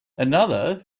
another